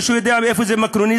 מישהו יודע איפה זה מיקרונזיה?